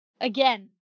Again